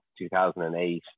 2008